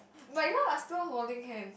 but you all are still holding hand